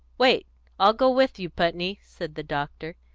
wait i'll go with you, putney, said the doctor.